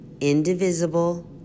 indivisible